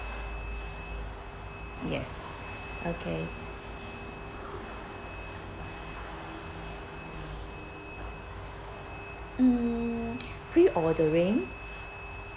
yes okay mm pre-ordering